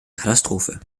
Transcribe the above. katastrophe